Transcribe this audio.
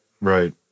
right